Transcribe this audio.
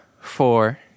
four